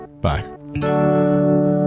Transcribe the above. Bye